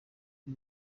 ari